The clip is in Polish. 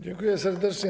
Dziękuję serdecznie.